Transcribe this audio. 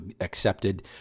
accepted